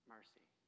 Mercy